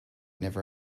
never